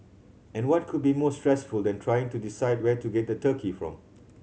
and what could be more stressful than trying to decide where to get the turkey from